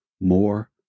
more